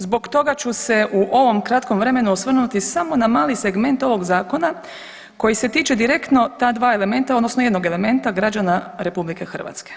Zbog toga ću se u ovom kratkom vremenu osvrnuti samo na mali segment ovog zakona koji se tiče direktno ta dva elementa odnosno jednog elementa građana RH.